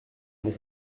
mon